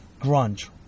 grunge